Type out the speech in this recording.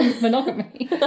Monogamy